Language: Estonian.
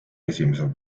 esimesel